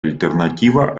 альтернатива